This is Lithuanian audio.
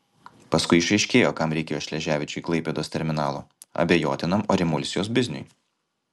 paskui išaiškėjo kam reikėjo šleževičiui klaipėdos terminalo abejotinam orimulsijos bizniui